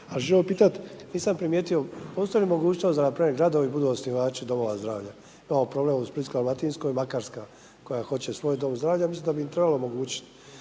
A želim pitat, nisam primijetio, postoji li mogućnost da npr. gradovi budu osnivači domova zdravlja? Evo problem u Splitsko-dalmatinskoj i Makarska koja hoće svoj dom zdravlja, mislim da bi im trebalo omogućit